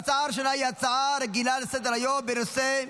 ההצעה הראשונה היא הצעה רגילה לסדר-היום בנושא: